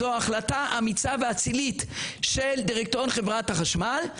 זוהי החלטה אמיצה ואצילית של דירקטוריון חברת החשמל,